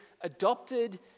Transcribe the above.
adopted